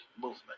Movement